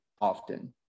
often